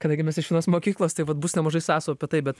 kadangi mes iš vienos mokyklos tai vat bus nemažai sąsajų apie tai bet